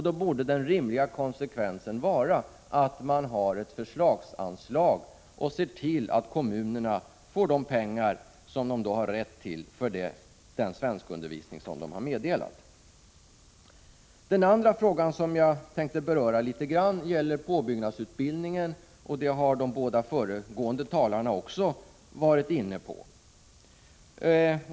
Då borde den rimliga konsekvensen vara att det finns ett försöksanslag och att man ser till att kommunerna får de pengar som de har rätt till för den svenskundervisning de har meddelat. Den andra frågan jag tänkte beröra gäller påbyggnadsutbildningen, som också de båda föregående talarna har varit inne på.